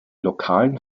lokalen